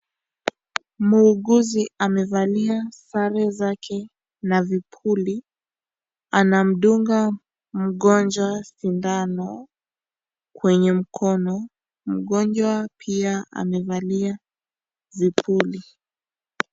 Muuguzi amevalia sare zake na vipuli anamdunga mgonjwa sindano kwenye mkono, mgonjwa pia amevalia vipuli.